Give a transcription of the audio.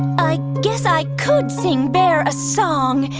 i guess i could sing bear a song.